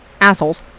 assholes